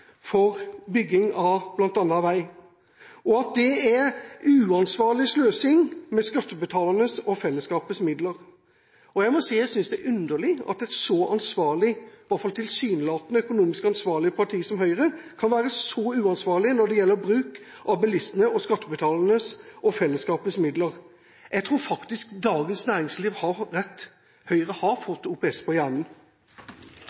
for bygging av bl.a. vei, og at det er uansvarlig sløsing med skattebetalernes og fellesskapets midler. Jeg synes det er underlig at et så økonomisk ansvarlig – tilsynelatende – parti som Høyre kan være så uansvarlig når det gjelder bruk av bilistenes, skattebetalernes og fellesskapets midler. Jeg tror faktisk Dagens Næringsliv har rett, Høyre har